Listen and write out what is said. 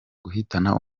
guhitana